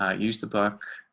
ah use the book.